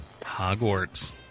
Hogwarts